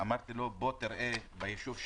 ואמרתי לו: בוא תראה ביישוב שלנו,